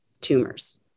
tumors